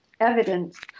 evidence